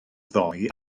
ddoe